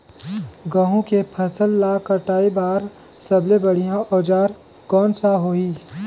गहूं के फसल ला कटाई बार सबले बढ़िया औजार कोन सा होही?